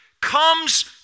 comes